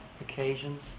occasions